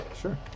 Sure